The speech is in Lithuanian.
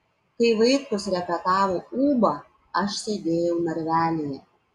kai vaitkus repetavo ūbą aš sėdėjau narvelyje